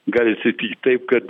gali atsitikt taip kad